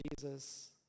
Jesus